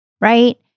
right